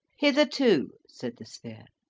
hitherto, said the sphere,